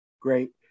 Great